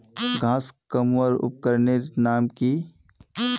घांस कमवार उपकरनेर नाम की?